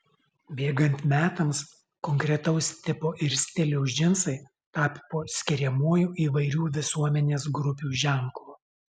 bėgant metams konkretaus tipo ir stiliaus džinsai tapo skiriamuoju įvairių visuomenės grupių ženklu